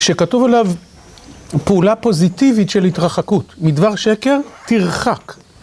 כשכתוב עליו פעולה פוזיטיבית של התרחקות, מדבר שקר, תרחק.